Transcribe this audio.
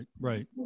Right